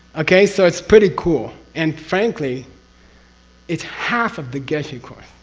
okay, so it's pretty cool and frankly it's half of the geshe course.